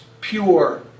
pure